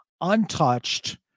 untouched